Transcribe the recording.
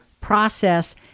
process